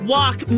Walk